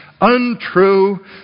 untrue